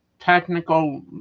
Technical